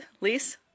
Lise